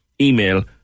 email